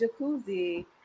jacuzzi